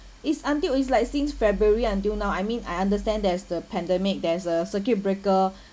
it's until it's like since february until now I mean I understand there's the pandemic there's a circuit breaker